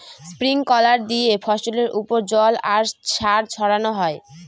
sprinkler দিয়ে ফসলের ওপর জল আর সার ছড়ানো হয়